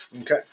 Okay